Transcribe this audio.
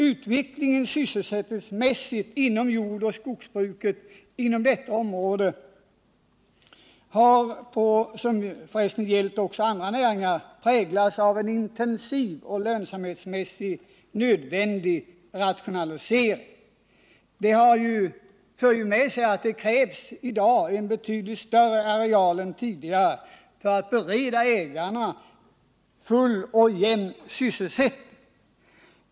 Utvecklingen sysselsättningsmässigt inom jordoch skogsbruket i detta område — det gäller för resten också andra näringar — har präglats av en intensiv och lönsamhetsmässigt nödvändig rationalisering. Detta för med sig att det i dag krävs betydligt större areal än tidigare för att bereda ägarna full och jämn sysselsättning.